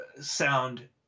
sound